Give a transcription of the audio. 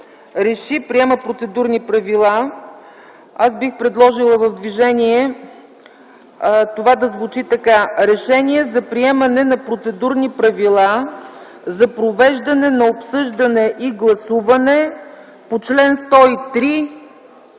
„Реши: приема процедурни правила”, аз бих предложила в движение това да звучи така: „Решение за приемане на процедурни правила за провеждане на обсъждане и гласуване по чл. 103